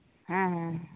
ᱦᱮᱸ ᱦᱮᱸ ᱦᱮᱸ